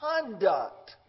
conduct